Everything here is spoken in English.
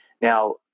Now